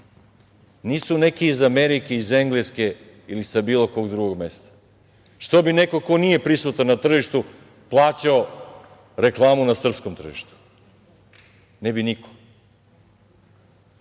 Nisu neki iz Amerike, iz Engleske ili sa bilo kog drugog mesta. Što bi neko ko nije prisutan na tržištu, plaćao reklamu na srpskom tržištu? Ne bi niko. Od